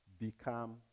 become